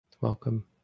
welcome